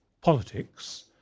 politics